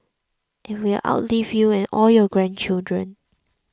and will outlive you and all your grandchildren